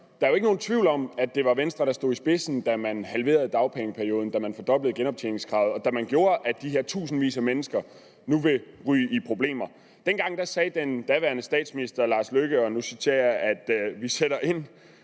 Der er jo ikke nogen tvivl om, at det var Venstre, der stod i spidsen, da man halverede dagpengeperioden og fordoblede genoptjeningskravet, hvilket gjorde, at de her tusindvis af mennesker nu ryger ud i problemer. Dengang sagde den daværende statsminister, hr. Lars Løkke Rasmussen: Vi sætter ind